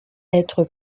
être